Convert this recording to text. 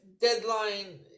Deadline